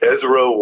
Ezra